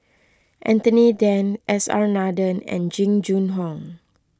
Anthony then S R Nathan and Jing Jun Hong